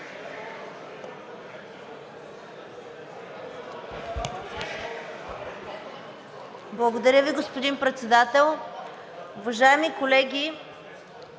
Благодаря Ви, господин Председател. Уважаеми колеги,